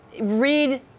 read